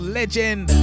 legend